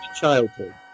Childhood